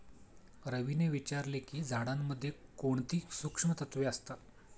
रवीने विचारले की झाडांमध्ये कोणती सूक्ष्म तत्वे असतात?